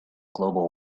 global